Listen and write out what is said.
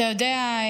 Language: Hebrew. אתה יודע,